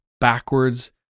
backwards